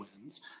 wins